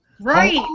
Right